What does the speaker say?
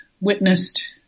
witnessed